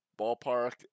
ballpark